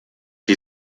die